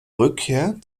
rückkehr